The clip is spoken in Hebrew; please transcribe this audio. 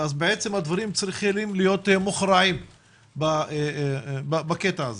ואז הדברים צריכים להיות מוכרעים בקטע הזה.